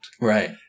right